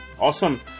Awesome